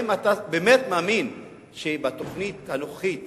האם אתה באמת מאמין שבתוכנית הנוכחית